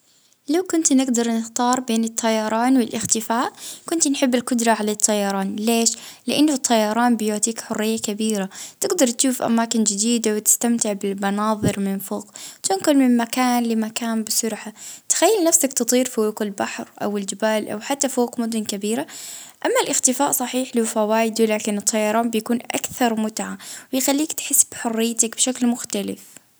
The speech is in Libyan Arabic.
اه نفضل الطيران على الإختفاء اه نحسها حاجة ممتعة وتوفر لي هلبا وجت في التنقل.